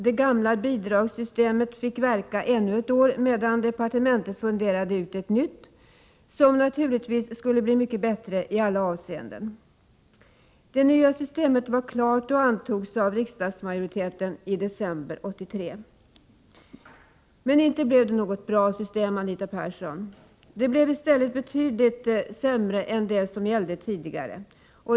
Det gamla bidragssystemet fick verka ännu ett år, medan departementet funderade ut ett nytt, som naturligtvis skulle bli mycket bättre i alla avseenden. Det nya systemet var klart och antogs av riksdagsmajoriteten i december 1983. Men inte blev det något bra system, Anita Persson. Det blev i stället betydligt sämre än det som gällde tidigare.